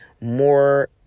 more